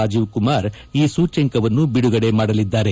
ರಾಜೀವ್ ಕುಮಾರ್ ಈ ಸೂಚ್ಯಂಕವನ್ನು ಬಿಡುಗಡೆ ಮಾಡಲಿದ್ದಾರೆ